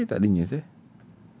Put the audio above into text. ira punya adik tak ada news eh